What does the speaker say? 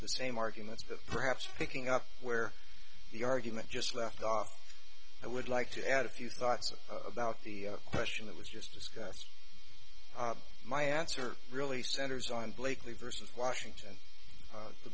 the same arguments but perhaps picking up where the argument just left off i would like to add a few thoughts about the question that was just discussed my answer really centers on blakely versus washington